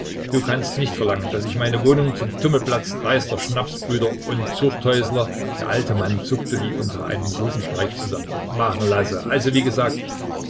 du kannst nicht verlangen daß ich meine wohnung zum tummelplatz dreister schnapsbrüder und zuchthäusler der alte mann zuckte wie unter einem rutenstreich zusammen machen lasse also wie gesagt